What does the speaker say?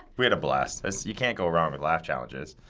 we had a blast. you can't go wrong with laugh challenges,